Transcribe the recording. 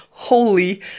holy